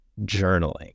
journaling